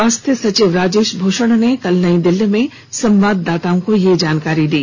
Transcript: स्वास्थ्य सचिव राजेश भूषण ने कल नई दिल्ली में संवाददाताओं को यह जानकारी दी